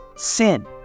Sin